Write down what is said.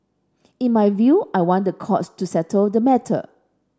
in my view I want the courts to settle the matter